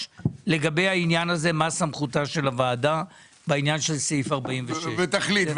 לגבי העניין הזה ולגבי סמכותה של הוועדה בעניין של סעיף 46. תחליט,